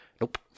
Nope